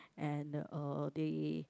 and uh they